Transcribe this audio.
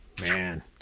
Man